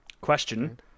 Question